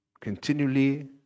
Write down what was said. continually